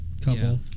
couple